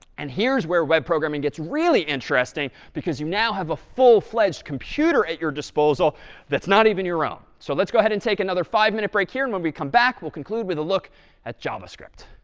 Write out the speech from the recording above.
and here's where web programming gets really interesting, because you now have a full-fledged computer at your disposal that's not even your own. so let's go ahead and take another five-minute break here, and when we come back, we'll conclude with a look at javascript.